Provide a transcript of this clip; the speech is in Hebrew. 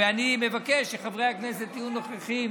ואני מבקש שחברי הכנסת יהיו נוכחים